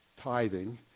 tithing